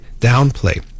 downplay